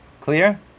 Clear